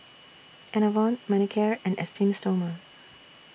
Enervon Manicare and Esteem Stoma